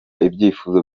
ibyifuzo